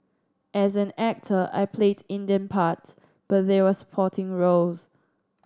as an actor I played Indian parts but they were supporting roles